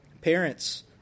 parents